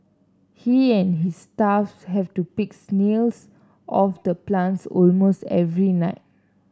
he and his staff have to picks off the plants almost every night